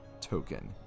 token